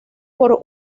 por